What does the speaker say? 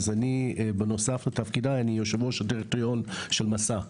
אז בנוסף לתפקידיי אני יושב-ראש הדירקטוריון של מסע,